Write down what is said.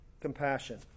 compassion